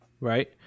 Right